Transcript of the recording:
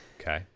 Okay